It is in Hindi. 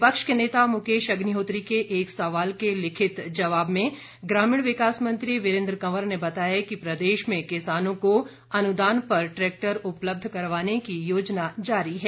विपक्ष के नेता मुकेश अग्निहोत्री के एक सवाल के लिखित जवाब में ग्रामीण विकास मंत्री वीरेंद्र कंवर ने बताया कि प्रदेश में किसानों को अनुदान पर ट्रैक्टर उपलब्ध करवाने की योजना जारी है